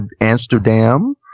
Amsterdam